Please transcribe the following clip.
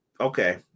Okay